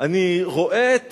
אני רואה את